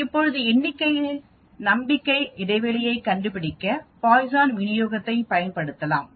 இப்போது எண்ணிக்கையில் நம்பிக்கை இடைவெளியைக் கண்டுபிடிக்க பாய்சன் விநியோகத்தையும் பயன்படுத்தலாம்